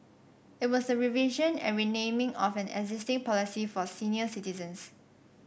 it was a revision and renaming of an existing policy for senior citizens